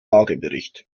lagebericht